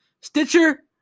Stitcher